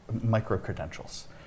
micro-credentials